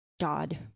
God